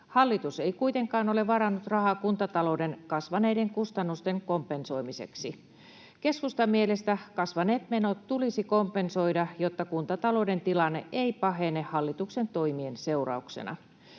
Hallitus ei kuitenkaan ole varannut rahaa kuntatalouden kasvaneiden kustannusten kompensoimiseksi. Keskustan mielestä kasvaneet menot tulisi kompensoida, jotta kuntatalouden tilanne ei pahene hallituksen toimien seurauksena.